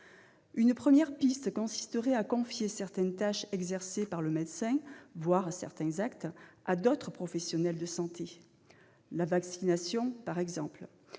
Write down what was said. Une première piste consisterait à confier certaines tâches exercées par le médecin, voire certains actes, à d'autres professionnels de santé, telle la vaccination. On constate